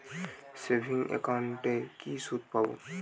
Savings একাউন্টে কি সুদ পাব?